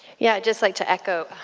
yeah just like to echo,